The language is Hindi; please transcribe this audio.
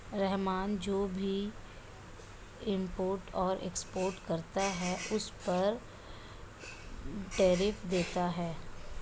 रहमान जो भी इम्पोर्ट और एक्सपोर्ट करता है उस पर टैरिफ देता है